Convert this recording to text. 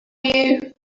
you